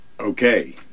Okay